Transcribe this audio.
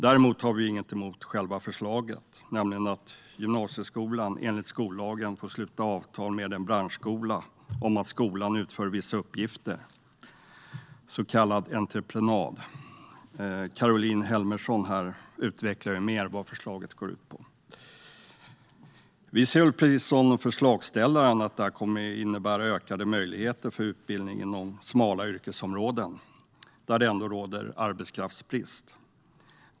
Vi har dock inget emot själva förslaget om att gymnasieskolan enligt skollagen får sluta avtal med en branschskola om att skolan utför vissa uppgifter, så kallad entreprenad. Caroline Helmersson Olsson utvecklade ju mer vad förslaget går ut på. Precis som förslagsställaren ser vi att detta kommer att innebära ökade möjligheter för utbildning inom smala yrkesområden där det råder arbetskraftsbrist.